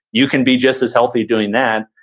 you can be just as healthy doing that,